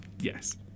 Yes